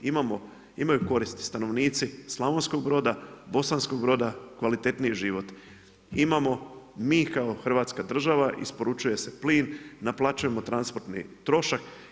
Imaju koristi stanovnici Slavonskog Broda, Bosanskog Broda kvalitetniji život, imamo mi kao Hrvatska država isporučuje se plin, naplaćujemo transportni trošak.